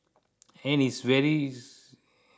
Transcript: and it's very